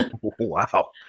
Wow